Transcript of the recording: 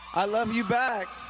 i love you back.